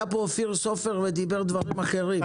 כי היה פה אופיר סופר ודיבר דברים אחרים,